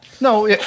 No